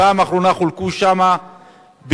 פעם אחרונה חולקו שם ב-2009.